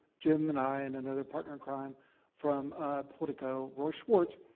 jim and i and another partner in crime from politico, roy schwartz,